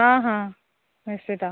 ହଁ ହଁ ନିଶ୍ଚିତ